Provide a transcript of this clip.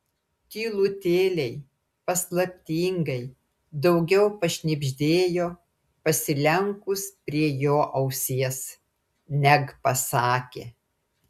tylutėliai paslaptingai daugiau pašnibždėjo pasilenkus prie jo ausies neg pasakė